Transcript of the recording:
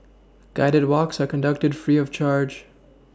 guided walks are conducted free of charge